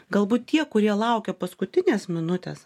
galbūt tie kurie laukia paskutinės minutės